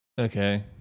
Okay